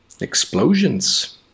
explosions